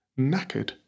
knackered